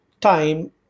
time